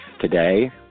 Today